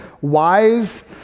wise